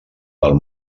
del